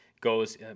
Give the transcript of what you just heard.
goes